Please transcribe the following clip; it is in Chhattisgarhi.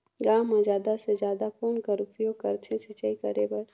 गांव म जादा से जादा कौन कर उपयोग करथे सिंचाई करे बर?